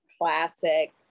Classic